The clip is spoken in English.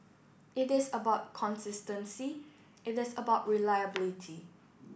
it is about consistency it is about reliability